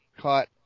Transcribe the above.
caught